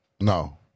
No